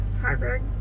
Harvard